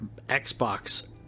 Xbox